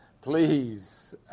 please